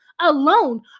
alone